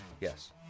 Yes